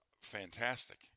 fantastic